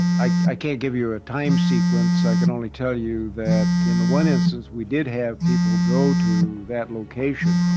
i, i can't give you a time sequence. i can only tell you that in the one instance, we did have people go to that location.